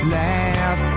laugh